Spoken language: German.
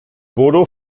bodo